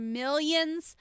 millions